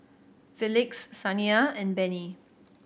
Felix Saniya and Benny